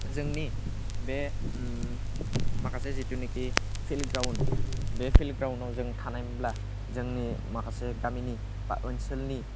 जोंनि बे माखासे जितुनिकि फिल्डग्राउण्ड बे फिल्डग्राउण्डआव जों थानायमोनब्ला जोंनि माखासे गामिनि बा ओनसोलनि